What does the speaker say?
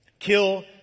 Kill